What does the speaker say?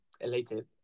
elated